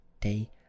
day